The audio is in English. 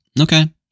Okay